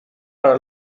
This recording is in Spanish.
para